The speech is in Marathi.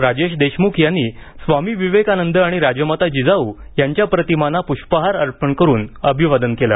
राजेश देशमुख यांनी स्वामी विवेकानंद आणि राजमाता जिजाऊ यांच्या प्रतिमांना पुष्पहार अर्पण करून अभिवादन केलं